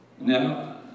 Now